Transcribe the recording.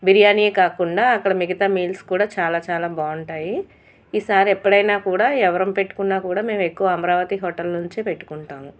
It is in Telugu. బిర్యానీయే కాకుండా అక్కడ మిగతా మీల్స్ కూడా చాలా చాలా బాగుంటాయి ఈసారి ఎప్పుడైనా కూడా ఎవరం పెట్టుకున్నా కూడా మేము ఎక్కువ అమరావతి హోటల్ నుండి పెట్టుకుంటాము